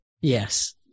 Yes